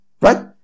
right